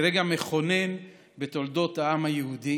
כרגע מכונן בתולדות העם היהודי